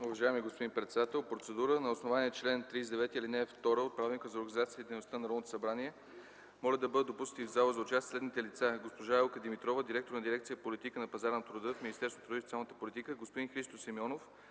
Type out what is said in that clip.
Уважаеми господин председател, процедура – на основание чл. 39, ал. 2 от Правилника за организацията и дейността на Народното събрание, моля да бъдат допуснати в залата за участие следните лица: госпожа Елка Димитрова – директор на дирекция „Политика на пазара на труда” в Министерството на труда и социалната политика, и господин Христо Симеонов